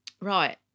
right